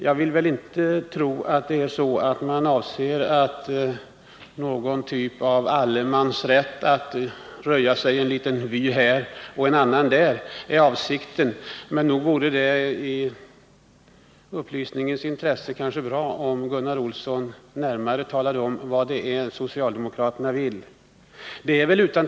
Jag vill väl inte tro att avsikten är en typ av allemansrätt, som ger möjlighet att röja sig en egen liten vy här och en annan där. Det vore bra om Gunnar Olsson talade om vad socialdemokraterna egentligen vill.